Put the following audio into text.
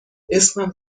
اسمم